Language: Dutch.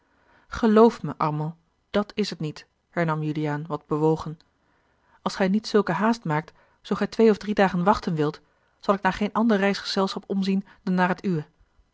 geloof mij armand dàt is het niet hernam juliaan wat bewogen als gij niet zulke haast maakt zoo gij twee of drie dagen wachten wilt zal ik naar geen ander reisgezelschap omzien dan naar het uwe